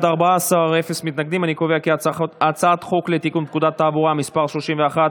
ההצעה להעביר את הצעת חוק לתיקון פקודת התעבורה (מס' 131)